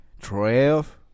Trev